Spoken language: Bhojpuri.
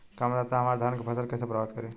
कम आद्रता हमार धान के फसल के कइसे प्रभावित करी?